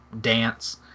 dance